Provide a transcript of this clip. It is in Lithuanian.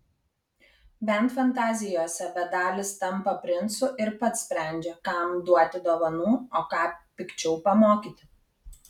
bent fantazijose bedalis tampa princu ir pats sprendžia kam duoti dovanų o ką pikčiau pamokyti